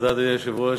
אדוני היושב-ראש,